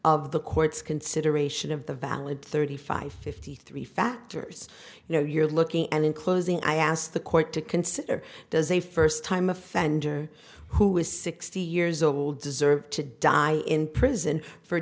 of the court's consideration of the valid thirty five fifty three factors you know you're looking at and in closing i ask the court to consider does a first time offender who is sixty years old deserve to die in prison for